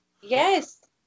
Yes